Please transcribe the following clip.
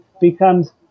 becomes